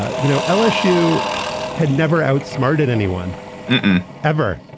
ah you know, lsu had never outsmarted anyone ever.